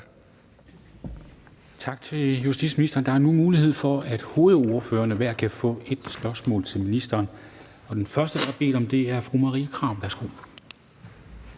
Tak til justitsministeren. Der er nu mulighed for, at hovedordførerne hver kan få ét spørgsmål til ministeren. Den første, der har bedt om det, er fru Marie Krarup.